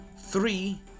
three